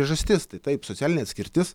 priežastis tai taip socialinė atskirtis